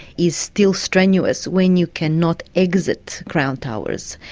is still strenuous when you cannot exit crown towers.